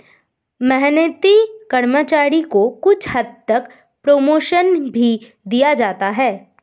मेहनती कर्मचारी को कुछ हद तक प्रमोशन भी दिया जाता है